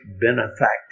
benefactor